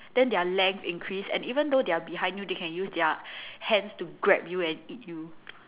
then their length increase and even though they are behind you they can use their hands to grab you and eat you